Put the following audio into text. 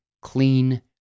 clean